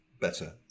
better